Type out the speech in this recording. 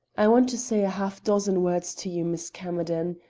i want to say a half-dozen words to you, miss camerden.